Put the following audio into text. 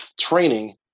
training